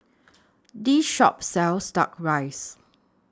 This Shop sells Duck Rice